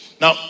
Now